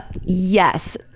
Yes